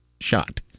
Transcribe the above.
shot